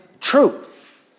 truth